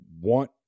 want